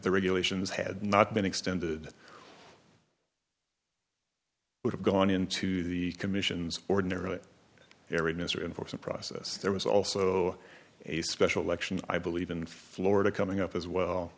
the regulations had not been extended would have gone into the commission's ordinarily airiness or enforcement process there was also a special election i believe in florida coming up as well